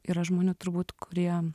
yra žmonių turbūt kurie